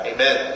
Amen